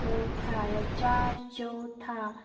کھیوٚوتھا یا چاے چیوٚوتھا